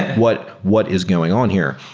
what what is going on here?